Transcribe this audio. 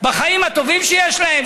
בחיים הטובים שיש להם?